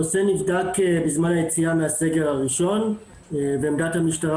הנושא נבדק בזמן היציאה מהסגר הראשון ועמדת המשטרה